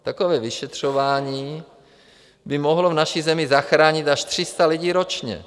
Takové vyšetřování by mohlo v naší zemi zachránit až 300 lidí ročně.